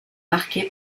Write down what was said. marqué